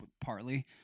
Partly